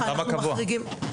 למה קבוע?